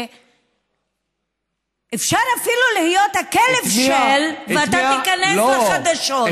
שאפשר אפילו להיות הכלב-של ואתה תיכנס לחדשות?